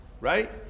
right